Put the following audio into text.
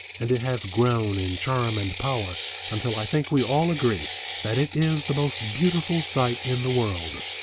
and it has grown in charm and power until i think we all agree that it is the most beautiful sight in the world.